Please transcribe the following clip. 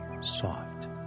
soft